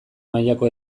mailako